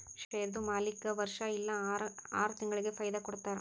ಶೇರ್ದು ಮಾಲೀಕ್ಗಾ ವರ್ಷಾ ಇಲ್ಲಾ ಆರ ತಿಂಗುಳಿಗ ಫೈದಾ ಕೊಡ್ತಾರ್